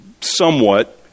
somewhat